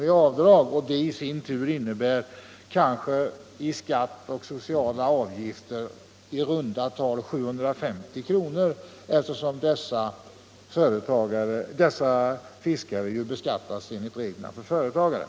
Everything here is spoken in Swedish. i avdrag, vilket i sin tur i skatt och sociala avgifter innebär i runt tal 750 kr., eftersom dessa fiskare beskattas enligt reglerna för företagare.